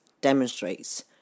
demonstrates